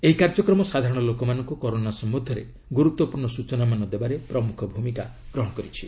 ଏହି କାର୍ଯ୍ୟକ୍ରମ ସାଧାରଣ ଲୋକମାନଙ୍କୁ କରୋନା ସମ୍ଭନ୍ଧରେ ଗୁରୁତ୍ୱପୂର୍ଣ୍ଣ ସୂଚନାମାନ ଦେବାରେ ପ୍ରମୁଖ ଭୂମିକା ଗ୍ରହଣ କରିଛି